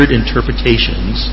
interpretations